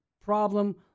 problem